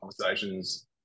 conversations